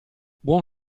buon